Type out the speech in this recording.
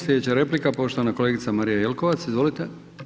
Slijedeća replika, poštovana kolegica Marija Jelkovac, izvolite.